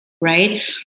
Right